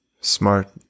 Smart